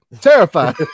Terrified